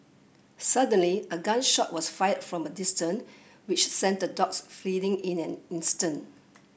suddenly a gun shot was fired from a distant which sent the dogs fleeing in an instant